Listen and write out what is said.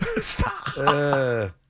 Stop